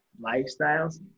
lifestyles